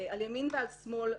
על ימין ועל שמאל,